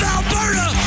Alberta